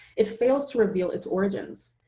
it fails to reveal its origins.